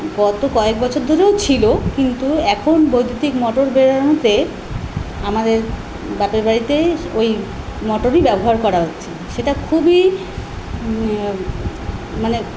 গত কয়েক বছর ধরেও ছিলো কিন্তু এখন বৈদ্যুতিক মোটর বেরোনোতে আমাদের বাপের বাড়িতে ওই মোটরই ব্যবহার করা হচ্ছে সেটা খুবই মানে